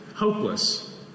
hopeless